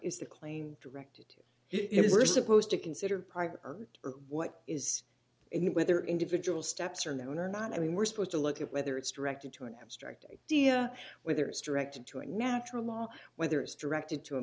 is the claim directed to it we're supposed to consider private or what is it whether individual steps are known or not i mean we're supposed to look at whether it's directed to an abstract idea whether it's directed to a natural law whether it's directed to a